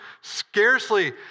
scarcely